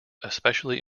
especially